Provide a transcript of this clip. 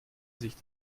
sich